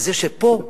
וזה שפה,